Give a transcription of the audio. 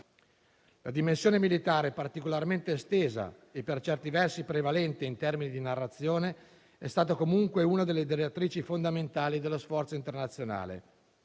La dimensione militare, particolarmente estesa e per certi versi prevalente in termini di narrazione, è stata comunque una delle direttrici fondamentali dello sforzo internazionale,